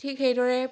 ঠিক সেইদৰে